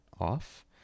off